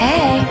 Hey